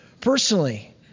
personally